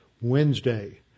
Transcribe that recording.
Wednesday